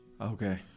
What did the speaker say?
Okay